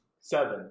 Seven